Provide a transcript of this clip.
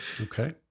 Okay